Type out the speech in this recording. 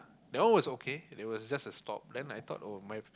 that one was okay there was just a stop then I think thought oh my